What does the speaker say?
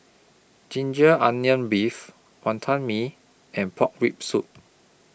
Ginger Onions Beef Wantan Mee and Pork Rib Soup